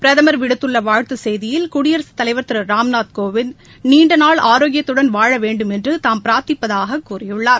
பிரதம் விடுத்துள்ள வாழ்த்துச் செய்தியில் குடியரசுத் தலைவர் திரு ராம்நாத்கோவிந்த் நீண்டநாள் ஆரோக்கியத்துடன் வாழ வேண்டுமென்று தாம் பிராத்த்திப்பதாகக் கூறியுள்ளார்